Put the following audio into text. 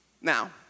Now